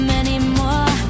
anymore